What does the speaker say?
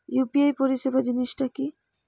UPI পরিসেবা জিনিসটা কি?